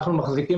אנו מחזיקים